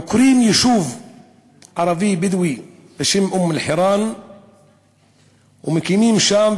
עוקרים יישוב ערבי בדואי בשם אום-אלחיראן ומקימים שם,